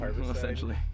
essentially